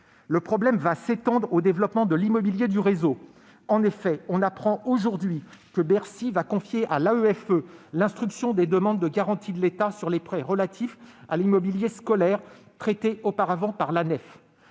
de problème va s'étendre au développement de l'immobilier du réseau. En effet, on apprend aujourd'hui que Bercy confiera à l'AEFE l'instruction des demandes de garantie de l'État sur les prêts relatifs à l'immobilier scolaire, traités auparavant par